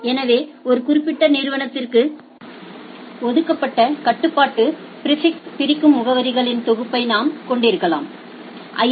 எனவே ஒரு குறிப்பிட்ட நிறுவனத்திற்கு ஒதுக்கப்பட்ட கட்டுப்பாட்டு பிாிஃபிக்ஸ் பிரிக்கும் முகவரிகளின் தொகுப்பை நாம் கொண்டிருக்கலாம் ஐ